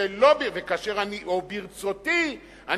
וברצותי,